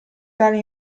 tale